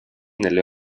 nelle